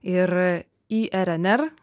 ir irnr